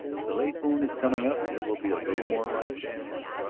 the late moon is coming up. there will be a little more light then and.